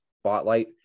spotlight